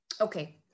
Okay